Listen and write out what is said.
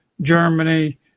Germany